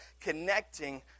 connecting